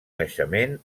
naixement